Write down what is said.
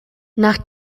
nach